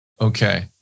Okay